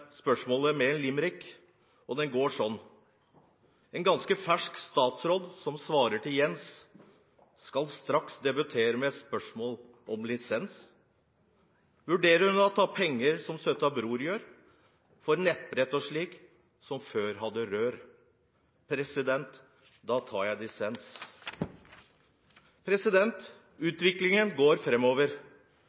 spørsmålet mitt med en limerick. Den går sånn: En ganske fersk statsråd som svarer til Jens skal straks debutere med et spørsmål om lisens. Vurderer hun å ta penger som søta bror gjør, for nettbrett og slikt som før hadde rør? President, da tar jeg dissens! Utviklingen går